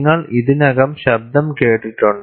നിങ്ങൾ ഇതിനകം ശബ്ദം കേട്ടിട്ടുണ്ട്